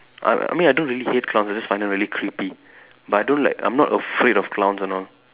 I I mean I don't really hate clowns I just find them really creepy but I don't like I'm not afraid of clowns and all